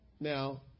Now